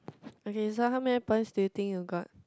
okay so how many points do you think you got